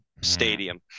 stadium